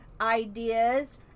ideas